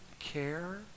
care